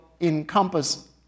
encompass